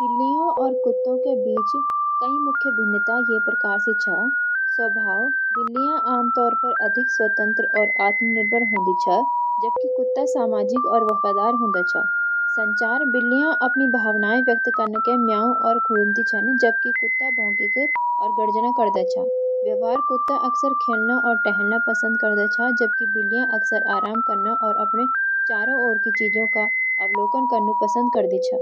बिल्लियों और कुत्तों के बीच कई मुख्य भिन्नता ये प्रकार सी छ: स्वभाव: बिल्लियाँ आमतौर पर अधिक स्वतंत्र और आत्मनिर्भर हों दी छ, जबकि कुत्ता सामाजिक और वफादार हों दा छ। संचार: बिल्लियाँ अपनी भावनाएँ व्यक्त कन के म्याऊं और घुरंदी छ, जबकि कुत्ता भौंकी क और गर्ज़न करदा छ।